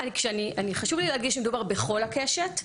--- חשוב לי להגיד שמדובר בכל הקשת,